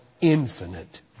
Infinite